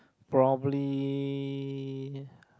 probably